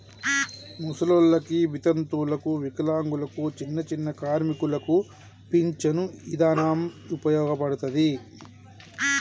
ముసలోల్లకి, వితంతువులకు, వికలాంగులకు, చిన్నచిన్న కార్మికులకు పించను ఇదానం ఉపయోగపడతది